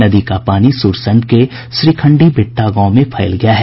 नदी का पानी सुरसंड के श्रीखंडी भिट्ठा गांव में फैल गया है